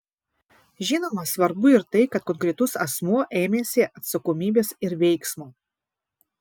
žinoma svarbu ir tai kad konkretus asmuo ėmėsi atsakomybės ir veiksmo